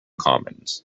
commons